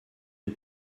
une